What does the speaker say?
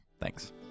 thanks